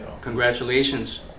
congratulations